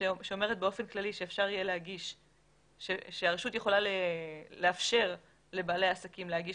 שאומרת באופן כללי שהרשות יכו לה לאפשר לבעלי עסקים להגיש